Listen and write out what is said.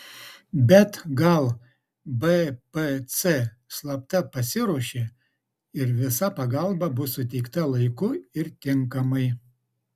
bet gal bpc slapta pasiruošė ir visa pagalba bus suteikta laiku ir tinkamai